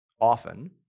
often